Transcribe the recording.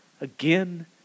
again